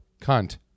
cunt